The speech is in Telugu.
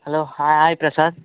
హలో హా హాయ్ ప్రసాద్